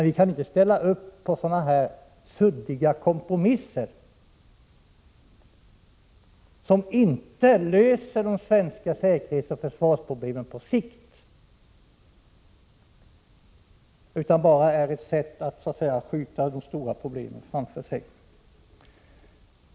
Vi kan inte ställa upp på sådana här suddiga kompromisser som inte löser de svenska säkerhetsoch försvarsproblemen på sikt, utan där det bara rör sig om att så att säga skjuta de stora problemen framför sig.